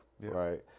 right